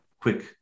quick